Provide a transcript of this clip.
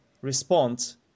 response